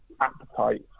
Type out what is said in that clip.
appetite